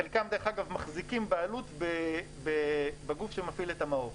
חלקן דרך אגב מחזיקות בעלות בגוף שמפעיל את המעוף,